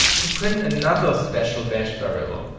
to print another special bash variable.